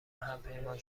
همپیمان